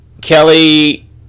kelly